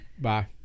Bye